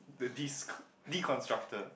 the disc deconstructor